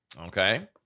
Okay